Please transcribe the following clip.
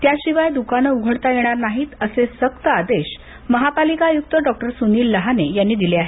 त्या शिवाय दुकानं उघडता येणार नाहीत असे सक्त आदेश महापालिका आयुक डॉ सुनिल लहाने यांनी दिले आहेत